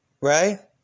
Right